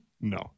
No